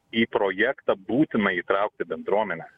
į projektą būtina įtraukti bendruomenę